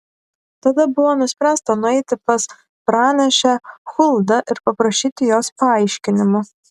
tada buvo nuspręsta nueiti pas pranašę huldą ir paprašyti jos paaiškinimų